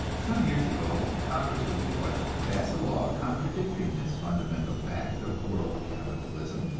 some years ago congress was requested to pass a law contradicting this fundamental fact of world capitalism.